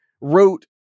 wrote